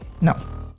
No